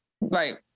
Right